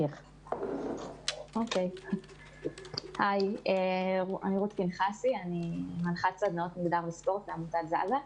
שלום, אני מנחת סדנאות מגדר וספורט בעמותת "זזה".